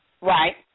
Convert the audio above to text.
Right